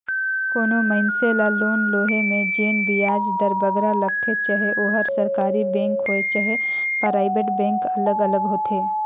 कोनो मइनसे ल लोन लोहे में जेन बियाज दर बगरा लगथे चहे ओहर सरकारी बेंक होए चहे पराइबेट बेंक अलग अलग होथे